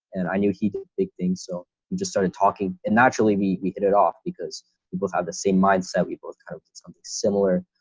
and i knew he did big things. so we just started talking and naturally we we hit it off because we both have the same mindset. we both kind of did something similar,